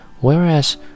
whereas